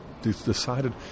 decided